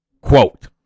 Quote